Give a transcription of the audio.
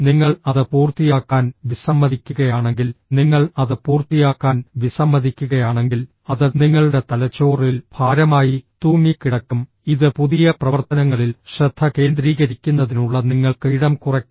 നിങ്ങൾ അത് പൂർത്തിയാക്കാൻ വിസമ്മതിക്കുകയാണെങ്കിൽ നിങ്ങൾ അത് പൂർത്തിയാക്കാൻ വിസമ്മതിക്കുകയാണെങ്കിൽ അത് നിങ്ങളുടെ തലച്ചോറിൽ ഭാരമായി തൂങ്ങിക്കിടക്കും ഇത് പുതിയ പ്രവർത്തനങ്ങളിൽ ശ്രദ്ധ കേന്ദ്രീകരിക്കുന്നതിനുള്ള നിങ്ങൾക്ക് ഇടം കുറയ്ക്കും